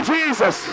Jesus